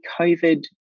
COVID